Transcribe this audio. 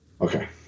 okay